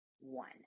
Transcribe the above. one